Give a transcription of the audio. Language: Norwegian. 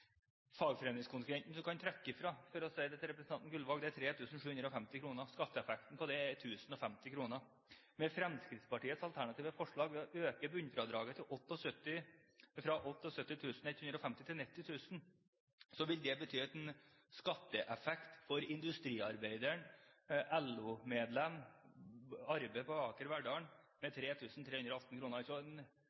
kan trekke fra – for å si det til representanten Gullvåg – er på 3 750 kr. Skatteeffekten av det er 1 050 kr. Med Fremskrittspartiets alternative forslag om å øke bunnfradraget fra 78 150 til 90 000 kr vil det bety en skatteeffekt for en industriarbeider, et LO-medlem som arbeider på Aker Verdal, på 3 318 kr,